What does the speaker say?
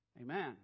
Amen